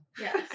Yes